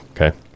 Okay